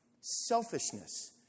selfishness